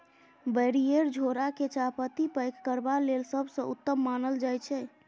barrier झोरा केँ चाहपत्ती पैक करबा लेल सबसँ उत्तम मानल जाइ छै